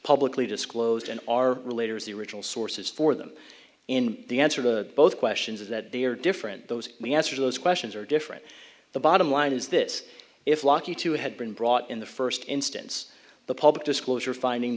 publicly disclosed and are related to the original sources for them in the answer to both questions is that they are different those we answer those questions are different the bottom line is this if lucky two it had been brought in the first instance the public disclosure finding